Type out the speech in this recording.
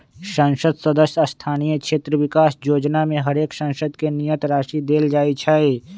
संसद सदस्य स्थानीय क्षेत्र विकास जोजना में हरेक सांसद के नियत राशि देल जाइ छइ